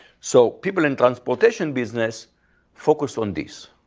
so people in transportation business focus on this.